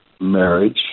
Marriage